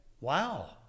wow